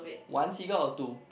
once he go to